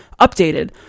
Updated